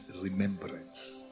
remembrance